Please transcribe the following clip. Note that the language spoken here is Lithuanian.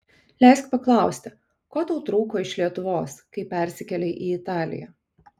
leisk paklausti ko tau trūko iš lietuvos kai persikėlei į italiją